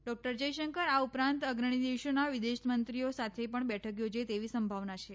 doctor Jaishankar આ ઉપરાંત અગ્રણી દેશોના વિદેશમંત્રીઓ સાથે પણ બેઠક યોજે તેવી સંભાવના છે